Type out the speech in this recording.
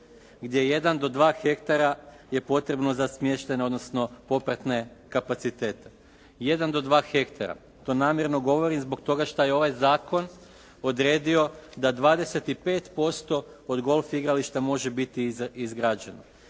gdje jedan do dva hektara je potrebno za smještaj, odnosno popratne kapacitete. Jedan do dva hektara. To namjerno govorim zbog toga šta je ovaj zakon odredio da 25% od golf igrališta može biti izgrađeno.